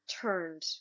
turned